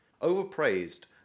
Overpraised